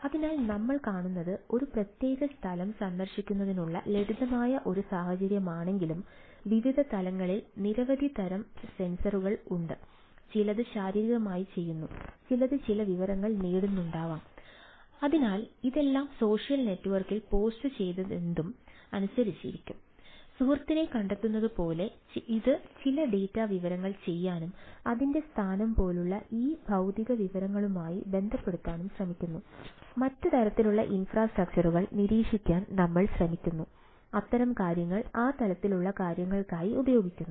അതിനാൽ നമ്മൾ കാണുന്നത് ഒരു പ്രത്യേക സ്ഥലം സന്ദർശിക്കുന്നതിനുള്ള ലളിതമായ ഒരു സാഹചര്യമാണെങ്കിലും വിവിധ തലങ്ങളിൽ നിരവധി തരം സെൻസറുകൾ നിരീക്ഷിക്കാൻ നമ്മൾ ശ്രമിക്കുന്നു അത്തരം കാര്യങ്ങൾ ആ തരത്തിലുള്ള കാര്യങ്ങൾക്കായി ഉപയോഗിക്കുന്നു